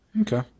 Okay